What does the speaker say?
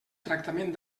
tractament